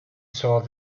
saw